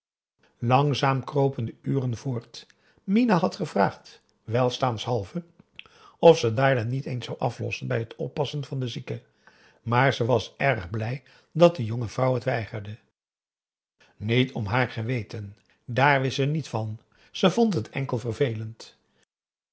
langzaam kropen de uren voort minah had gevraagd welstaanshalve of ze dailah niet eens zou aflossen bij het oppassen van den zieke maar ze was erg blij dat de jonge vrouw het weigerde niet om haar geweten dààr wist ze niet van ze vond het enkel vervelend